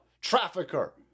trafficker